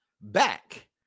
back